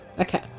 okay